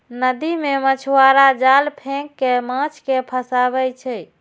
नदी मे मछुआरा जाल फेंक कें माछ कें फंसाबै छै